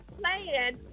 playing